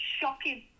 shocking